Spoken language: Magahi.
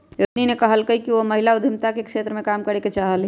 रोहिणी ने कहल कई कि वह महिला उद्यमिता के क्षेत्र में काम करे ला चाहा हई